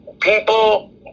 People